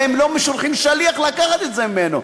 והם לא שולחים שליח לקחת את זה ממנו.